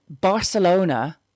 Barcelona